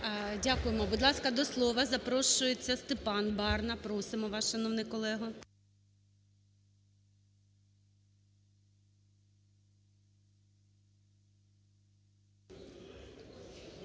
Дякуємо. Будь ласка, до слова запрошується Степан Барна, просимо вас, шановний колего.